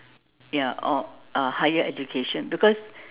ya or uh higher education because